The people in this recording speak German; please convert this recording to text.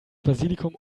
basilikum